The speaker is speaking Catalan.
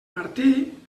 martí